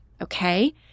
okay